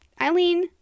eileen